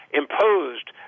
imposed